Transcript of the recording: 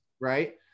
Right